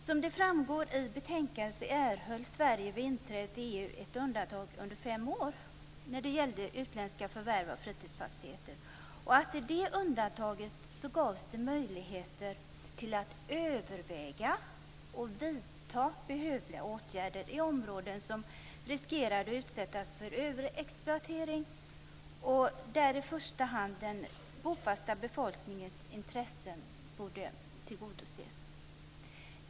Som framgår i betänkandet erhöll Sverige vid inträdet i EU ett undantag under fem år när det gällde utländska förvärv av fritidsfastigheter. Undantaget gav möjligheter att överväga och vidta behövliga åtgärder i områden som riskerade att utsättas för överexploatering och där i första hand den bofasta befolkningens intressen borde tillgodoses.